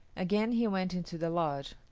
again he went into the lodge,